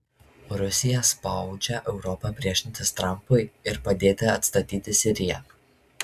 rusija spaudžia europą priešintis trampui ir padėti atstatyti siriją